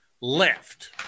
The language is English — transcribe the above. left